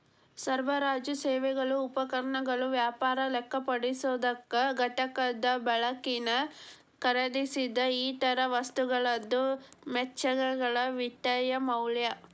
ಸರಬರಾಜು ಸೇವೆಗಳು ಉಪಕರಣಗಳು ವ್ಯಾಪಾರ ಲೆಕ್ಕಪರಿಶೋಧಕ ಘಟಕದ ಬಳಕಿಗೆ ಖರೇದಿಸಿದ್ ಇತರ ವಸ್ತುಗಳದ್ದು ವೆಚ್ಚಗಳ ವಿತ್ತೇಯ ಮೌಲ್ಯ